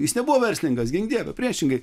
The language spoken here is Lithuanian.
jis nebuvo verslininkas gink dieve priešingai